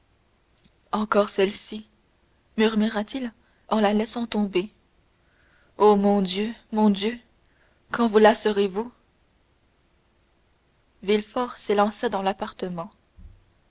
encore celle-ci murmura-t-il en la laissant tomber ô mon dieu mon dieu quand vous lasserez vous villefort s'élança dans l'appartement